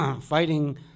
Fighting